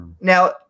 Now